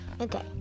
Okay